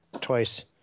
twice